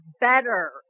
better